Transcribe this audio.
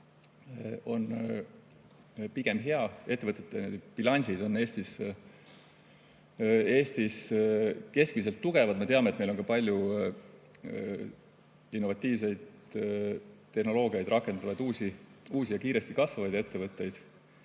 pigem hea. Ettevõtete bilansid Eestis keskmiselt on tugevad. Me teame, et meil on palju innovatiivseid tehnoloogiaid rakendavaid uusi ja kiiresti kasvavaid ettevõtteid.